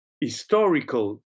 historical